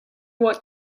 what